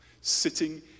sitting